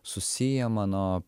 susiję mano